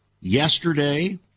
yesterday